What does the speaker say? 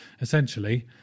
essentially